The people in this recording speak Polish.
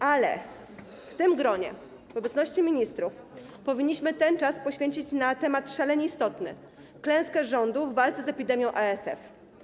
Ale w tym gronie w obecności ministrów powinniśmy ten czas poświęcić na temat szalenie istotny: klęski rządu w walce z epidemią ASF.